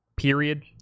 period